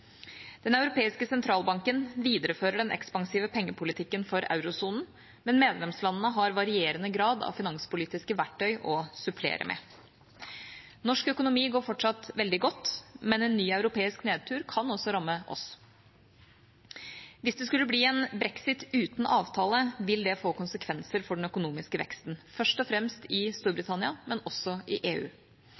Den europeiske sentralbanken viderefører den ekspansive pengepolitikken for eurosonen, men medlemslandene har varierende grad av finanspolitiske verktøy å supplere med. Norsk økonomi går fortsatt veldig godt, men en ny europeisk nedtur kan også ramme oss. Hvis det skulle bli en brexit uten avtale, vil det få konsekvenser for den økonomiske veksten, først og fremst i Storbritannia, men også i EU.